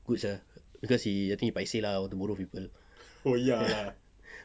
good sia cause he feels paiseh lah want to borrow people